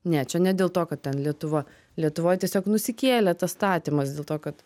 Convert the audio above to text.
ne čia ne dėl to kad ten lietuva lietuvoj tiesiog nusikėlė tas statymas dėl to kad